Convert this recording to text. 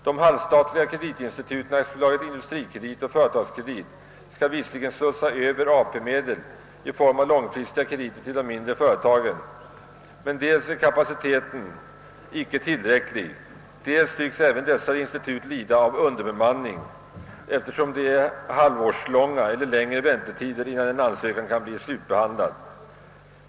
De halvstatliga kreditinstituten Aktiebolaget Industrikredit och Företagskredit skall visserligen slussa över AP-medel i form av långfristiga krediter till de mindre företagen, men dels är kapaciteten icke tillräcklig, dels tycks även dessa institut lida av underbemanning, eftersom det är halvårslånga eller längre väntetider innan en ansökan kan bli slutbehandlad.